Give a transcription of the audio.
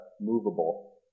movable